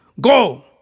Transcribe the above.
Go